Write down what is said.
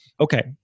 okay